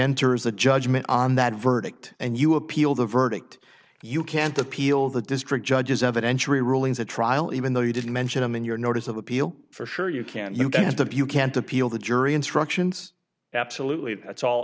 enters a judgment on that verdict and you appeal the verdict you can't appeal the district judges evidentiary rulings a trial even though you didn't mention them in your notice of appeal for sure you can get out of you can't appeal the jury instructions absolutely that's all